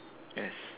yes